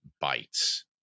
bites